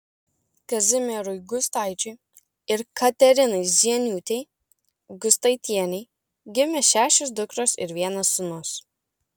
kazimierui gustaičiui ir katerinai zieniūtei gustaitienei gimė šešios dukros ir vienas sūnus